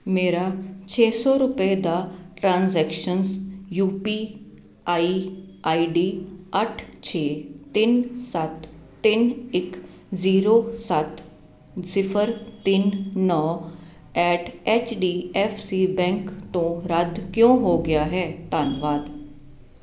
ਮੇਰਾ ਛੇ ਸੌ ਰੁਪਏ ਦਾ ਟ੍ਰਾਂਸੈਕਸ਼ਨ ਯੂਪੀਆਈ ਆਈਡੀ ਅੱਠ ਛੇ ਤਿੰਨ ਸੱਤ ਤਿੰਨ ਇੱਕ ਜੀਰੋ ਸੱਤ ਸਿਫਰ ਤਿੰਨ ਨੌਂ eight H D F C bank ਤੋਂ ਰੱਦ ਕਿਉਂ ਹੋ ਗਿਆ ਹੈ ਧੰਨਵਾਦ